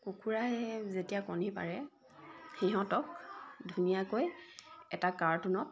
কুকুৰাই যেতিয়া কণী পাৰে সিহঁতক ধুনীয়াকৈ এটা কাৰ্টুনত